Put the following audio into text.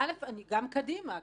גם קדימה.